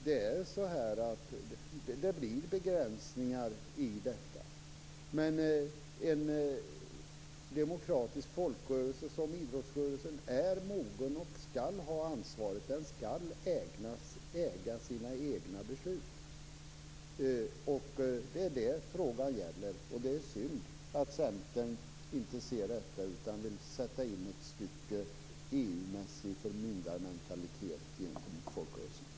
Det blir begränsningar i detta. En demokratisk folkrörelse som idrottsrörelsen är mogen och skall ha ansvaret. Den skall äga sina egna beslut. Det är det frågan gäller. Det är synd att Centern inte ser detta utan vill sätta in ett stycke EU mässig förmyndarmentalitet gentemot folkrörelsen.